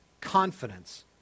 confidence